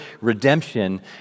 redemption